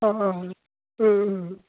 অঁ অঁ